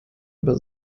über